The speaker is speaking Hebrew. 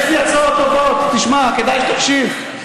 יש לי הצעות טובות, תשמע, כדאי שתקשיב.